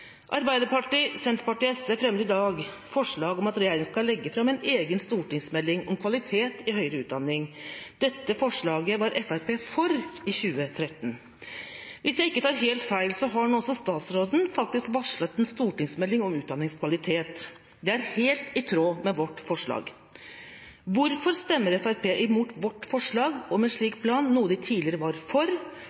Arbeiderpartiet, Senterpartiet og SV fremmer i dag forslag om at regjeringa skal legge fram en egen stortingsmelding om kvalitet i høyere utdanning. Dette forslaget var Fremskrittspartiet for i 2013. Hvis jeg ikke tar helt feil, har nå også statsråden varslet en stortingsmelding om utdanningskvalitet. Det er helt i tråd med vårt forslag. Hvorfor stemmer Fremskrittspartiet imot vårt forslag om en slik plan, noe de tidligere var for?